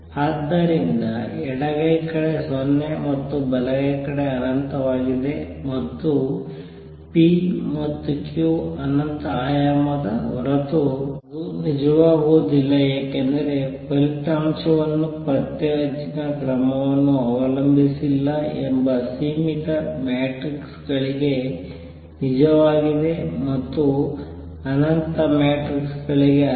ಆದ್ದರಿಂದ ಎಡಗೈ ಕಡೆ 0 ಮತ್ತು ಬಲಗೈ ಕಡೆ ಅನಂತವಾಗಿದೆ ಮತ್ತು p ಮತ್ತು q ಅನಂತ ಆಯಾಮದ ಹೊರತು ಅದು ನಿಜವಾಗುವುದಿಲ್ಲ ಏಕೆಂದರೆ ಫಲಿತಾಂಶವನ್ನು ಪತ್ತೆಹಚ್ಚಿವ ಕ್ರಮವನ್ನು ಅವಲಂಬಿಸಿಲ್ಲ ಎಂಬ ಸೀಮಿತ ಮ್ಯಾಟ್ರಿಕ್ಸ್ಗಳಿಗೆ ನಿಜವಾಗಿದೆ ಮತ್ತು ಅನಂತ ಮ್ಯಾಟ್ರಿಕ್ಸ್ಗಳಿಗೆ ಅಲ್ಲ